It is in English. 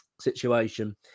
situation